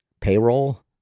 payroll